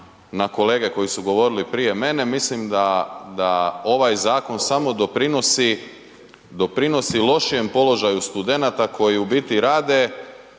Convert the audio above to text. na kolege koji su govorili prije mene, mislim da ovaj zakon samo doprinosi lošijem položaju studenata koji u biti rade